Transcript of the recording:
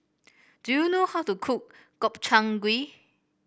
do you know how to cook Gobchang Gui